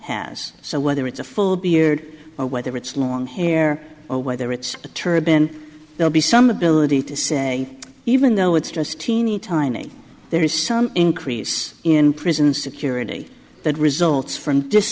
has so whether it's a full beard or whether it's long hair or whether it's a turban they'll be some ability to say even though it's just a teeny tiny there is some increase in prison security that results from